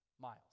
miles